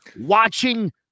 watching